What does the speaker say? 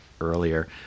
earlier